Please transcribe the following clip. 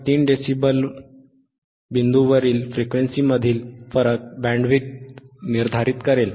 तर 3dB बिंदूवरील फ्रिक्वेन्सीमधील फरक बँडविड्थ निर्धारित करेल